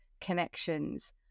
connections